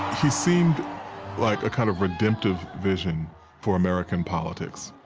he seemed like a kind of redemptive vision for american politics.